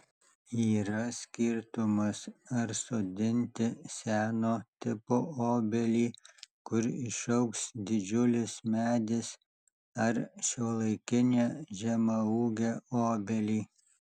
yra skirtumas ar sodinti seno tipo obelį kur išaugs didžiulis medis ar šiuolaikinę žemaūgę obelį